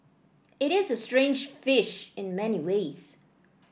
it is a strange fish in many ways